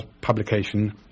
publication